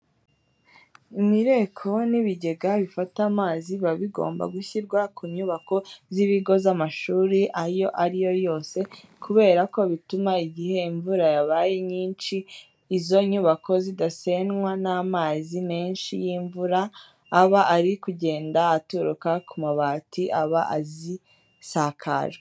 Imireko n'ibigega bifata amazi biba bigomba gushyirwa ku nyubako z'ibigo by'amashuri ayo ari yo yose kubera ko bituma igihe imvura yabaye nyinshi izo nyubako zidasenwa n'amazi menshi y'imvura aba ari kugenda aturuka ku mabati aba azisakajwe.